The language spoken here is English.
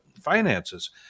finances